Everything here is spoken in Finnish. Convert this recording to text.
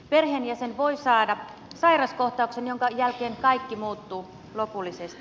perheenjäsen voi saada sairauskohtauksen jonka jälkeen kaikki muuttuu lopullisesti